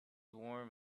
warm